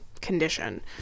condition